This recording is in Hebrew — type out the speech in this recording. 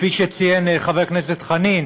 כפי שציין חבר הכנסת חנין,